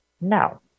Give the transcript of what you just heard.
no